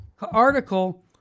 article